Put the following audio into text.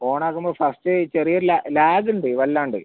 ഓണാക്കുമ്പോൾ first ചെറിയൊരു ലാഗുണ്ട് വല്ലാണ്ട്